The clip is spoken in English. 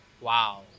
Wow